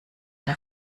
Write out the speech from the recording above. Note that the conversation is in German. der